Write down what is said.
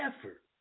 effort